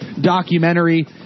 documentary